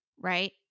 right